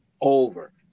over